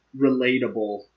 relatable